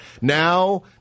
Now